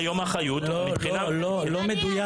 לא מדויק.